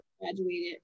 graduated